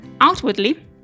Outwardly